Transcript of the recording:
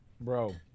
Bro